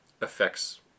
affects